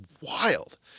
wild